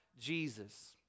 jesus